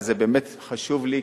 אבל זה באמת חשוב לי.